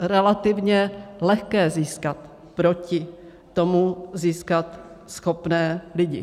relativně lehké získat proti tomu, získat schopné lidi.